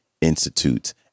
Institute